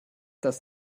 das